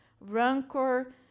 rancor